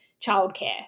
childcare